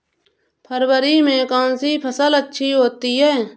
फरवरी में कौन सी फ़सल अच्छी होती है?